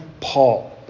Paul